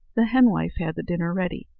the henwife had the dinner ready.